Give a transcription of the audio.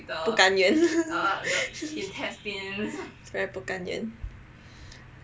不甘愿 is very 不甘愿